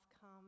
come